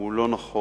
הוא לא נכון,